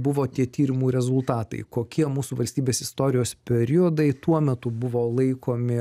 buvo tie tyrimų rezultatai kokie mūsų valstybės istorijos periodai tuo metu buvo laikomi